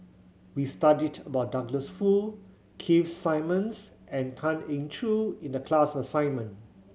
we studied about Douglas Foo Keith Simmons and Tan Eng Joo in the class assignment